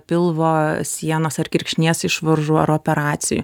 pilvo sienos ar kirkšnies išvaržų ar operacijų